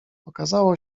okazało